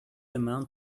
amount